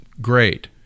great